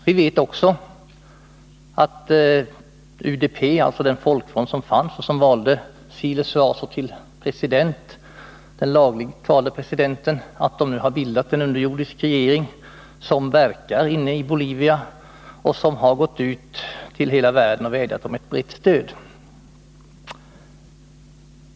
Vi vet också att UDP, den folkfront som valde Siles Zuaso till president — han är alltså den lagligt valde presidenten — nu har bildat en underjordisk regering som verkar inne i Bolivia och som hos hela världen vädjat om ett brett stöd.